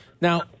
Now